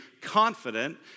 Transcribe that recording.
confident